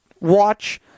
watch